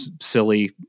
silly